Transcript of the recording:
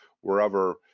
wherever